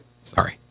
Sorry